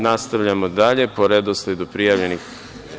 Nastavljamo dalje po redosledu prijavljenih.